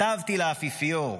כתבתי לאפיפיור: